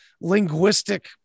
linguistic